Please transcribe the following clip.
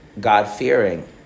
God-fearing